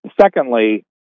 secondly